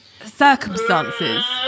circumstances